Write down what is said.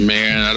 Man